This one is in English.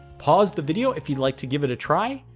pause the video if you'd like to give it a try,